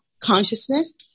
consciousness